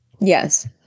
yes